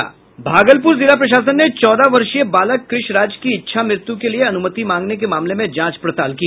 भागलपुर जिला प्रशासन ने चौदह वर्षीय बालक कृष राज की इच्छा मृत्यू के लिये अनुमति मांगने के मामले में जांच पड़ताल की